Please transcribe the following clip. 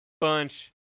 bunch